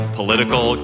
Political